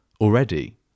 already